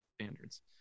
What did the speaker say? standards